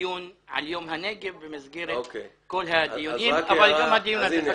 דיון על יום הנגב אבל הדיון שמקיימים היום הוא